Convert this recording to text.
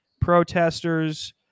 protesters